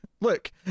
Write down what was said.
Look